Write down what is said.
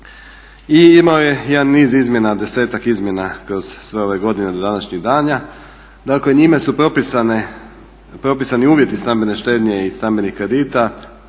i imao je jedan niz izmjena, desetak izmjena kroz sve ove godine do današnjih dana. dakle njime su propisani uvjeti stambene štednje i stambenih kredita,